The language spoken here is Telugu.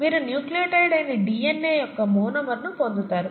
మీరు న్యూక్లియోటైడ్ అయిన డిఎన్ఏ యొక్క మోనోమర్ను పొందుతారు